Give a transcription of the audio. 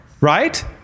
Right